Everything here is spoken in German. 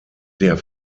der